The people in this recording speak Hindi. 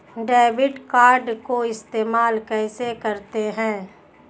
डेबिट कार्ड को इस्तेमाल कैसे करते हैं?